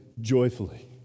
joyfully